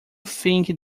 think